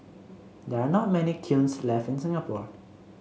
there are not many kilns left in Singapore